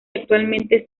actualmente